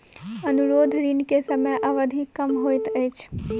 अनुरोध ऋण के समय अवधि कम होइत अछि